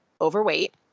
overweight